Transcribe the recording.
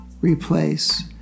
Replace